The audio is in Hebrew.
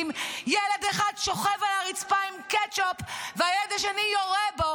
יהודי, זו רוגטקה, זה המרחק בין הרוגטקה ליהודי.